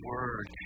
Word